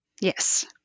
yes